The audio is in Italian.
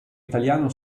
italiano